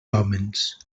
hòmens